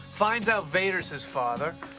finds out vader's his father,